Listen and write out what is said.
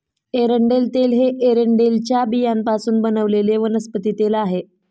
एरंडेल तेल हे एरंडेलच्या बियांपासून बनवलेले वनस्पती तेल आहे